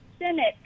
Senate